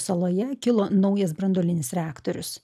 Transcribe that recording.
saloje kilo naujas branduolinis reaktorius